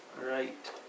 right